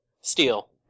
Steel